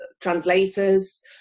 translators